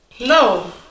No